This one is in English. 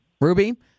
Ruby